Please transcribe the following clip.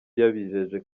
yabijeje